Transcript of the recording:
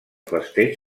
festeig